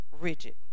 rigid